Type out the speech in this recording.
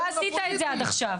אתה עשית את זה עד עכשיו.